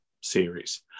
series